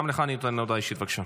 גם לך אתן הודעה אישית, בבקשה,